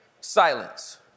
silence